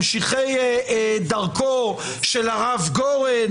ממשיכי דרכו של הרב גורן,